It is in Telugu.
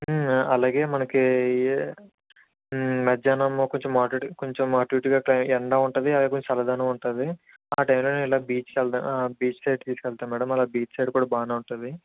అలాగే మనకీ మద్యాహ్నం కొంచం మోడరేట్ కొంచం అటు ఇటుగా క్లై ఎండా ఉంటుంది అలాగే కొంచెం చల్లదనం ఉంటుంది ఆ టైంలొ బీచ్కెళ్తా బీచ్ సైడ్ తీసుకెళ్తా మ్యాడమ్ అలా బీచ్ సైడ్ కూడా బాగానే ఉంటుంది